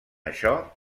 això